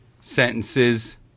sentences